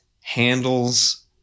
handles